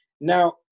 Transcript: Now